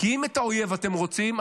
כי אם את האויב אתם רוצים,